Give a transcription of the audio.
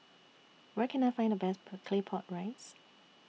Where Can I Find The Best Per Claypot Rice